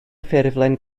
ffurflen